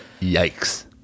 Yikes